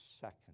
second